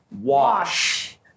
Wash